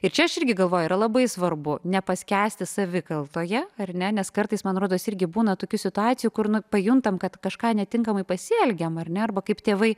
ir čia aš irgi galvoju yra labai svarbu nepaskęsti savikaltoje ar ne nes kartais man rodos irgi būna tokių situacijų kur nu pajuntam kad kažką netinkamai pasielgėm ar ne arba kaip tėvai